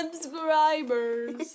Subscribers